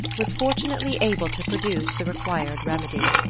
was fortunately able to produce the required remedy.